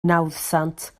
nawddsant